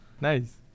nice